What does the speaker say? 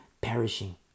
perishing